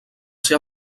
ser